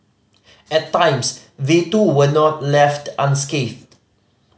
at times they too were not left unscathed